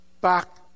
back